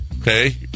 Okay